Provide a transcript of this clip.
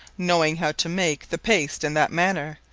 knowing how to make the paste in that manner,